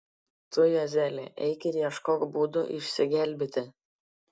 tu juozeli eik ir ieškok būdų išsigelbėti